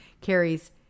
carries